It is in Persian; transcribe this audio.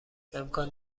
امکان